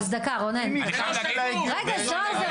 אז דקה רונן, רגע זהר ורונן.